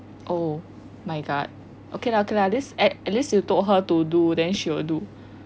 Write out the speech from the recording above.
oh my god okay lah okay lah this at least you told her to do then she will do